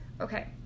okay